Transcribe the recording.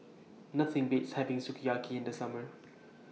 Nothing Beats having Sukiyaki in The Summer